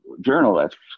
journalists